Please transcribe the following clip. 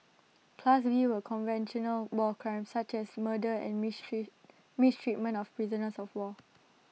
class B were conventional war crimes such as murder and mistreat mistreatment of prisoners of war